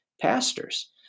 pastors